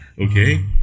okay